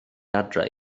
adre